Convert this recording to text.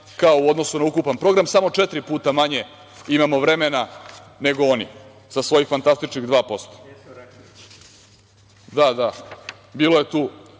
manje u odnosu na ukupan program, samo četiri puta manje imamo vremena nego oni sa svojih fantastičnih 2%. Bilo je tu